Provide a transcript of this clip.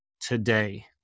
today